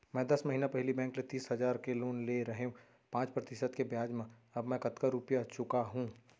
मैं दस महिना पहिली बैंक ले तीस हजार के लोन ले रहेंव पाँच प्रतिशत के ब्याज म अब मैं कतका रुपिया चुका हूँ?